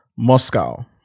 Moscow